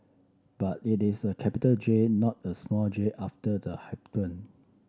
but it is a capital J not a small J after the hyphen